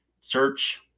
search